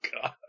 God